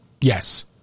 Yes